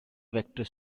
vector